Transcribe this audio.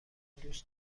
دوست